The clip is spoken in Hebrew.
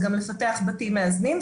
זה גם לפתח בתים מאזנים,